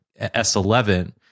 S11